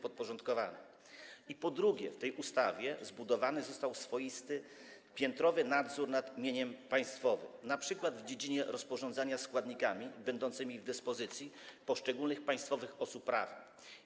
Po drugie, w tej ustawie zbudowany został swoisty, piętrowy nadzór nad mieniem państwowym, np. w dziedzinie rozporządzania składnikami będącymi w dyspozycji poszczególnych państwowych osób prawnych.